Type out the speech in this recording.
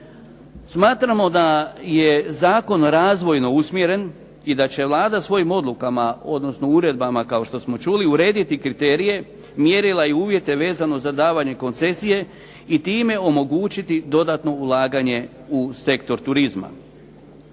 Smatramo da je zakon razvojno usmjeren i da će Vlada svojim odlukama odnosno uredbama kao što smo čuli urediti kriterije, mjerila i uvjete vezano za davanje koncesije i time omogućiti dodatno ulaganje u sektor turizma.